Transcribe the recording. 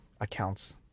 accounts